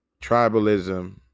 tribalism